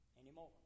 anymore